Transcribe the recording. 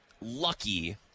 lucky